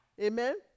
Amen